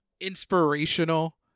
inspirational